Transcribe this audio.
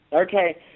Okay